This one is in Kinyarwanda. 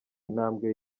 ntambwe